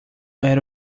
era